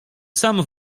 sam